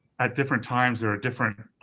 at different times there are different